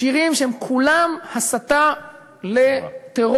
שירים שהם כולם הסתה לטרור,